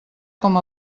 com